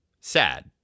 sad